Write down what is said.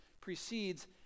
precedes